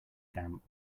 damp